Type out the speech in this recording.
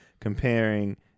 comparing